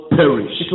perish